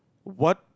what